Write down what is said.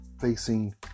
Facing